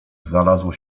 znalazło